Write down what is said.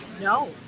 no